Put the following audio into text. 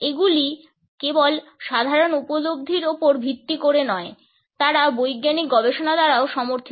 এগুলি কেবল সাধারণ উপলব্ধির উপর ভিত্তি করে নয় তারা বৈজ্ঞানিক গবেষণা দ্বারাও সমর্থিত